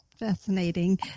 Fascinating